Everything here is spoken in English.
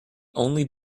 only